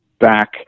back